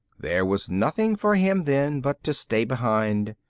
there was nothing for him, then, but to stay behind.